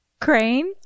Crane